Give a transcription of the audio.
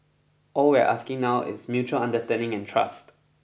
all we're asking for now is mutual understanding and trust